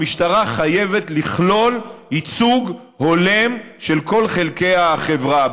המשטרה חייבת לכלול ייצוג הולם של כל חלקי החברה,